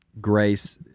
Grace